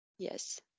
Yes